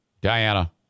diana